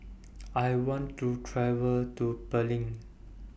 I want to travel to Berlin